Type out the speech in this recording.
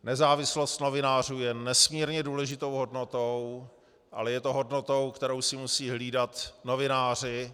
Nezávislost novinářů je nesmírně důležitou hodnotou, ale je hodnotou, kterou si musí hlídat novináři.